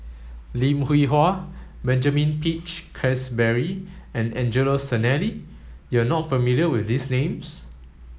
Lim Hwee Hua Benjamin Peach Keasberry and Angelo Sanelli you are not familiar with these names